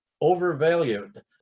overvalued